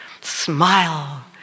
smile